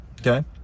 Okay